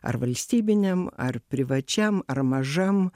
ar valstybiniam ar privačiam ar mažam